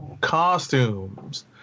costumes